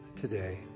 today